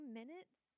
minutes